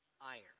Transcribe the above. iron